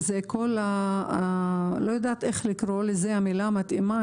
וזה כל הנושא אני לא יודעת מה המילה המתאימה לזה,